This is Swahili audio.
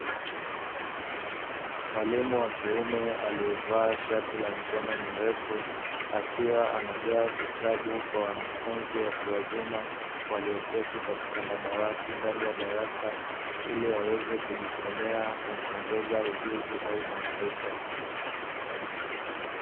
Mwalimu wa kiume aliyevaa shati la mikono mirefu akiwa anagawa vitabu kwa wanafunzi watu wazima walioketi katika madawati ndani ya darasa ili waweze kujisomea na kuongeza ujuzi au mwaharifa.